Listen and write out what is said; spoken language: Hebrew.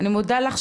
אני מודה לך,